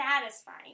satisfying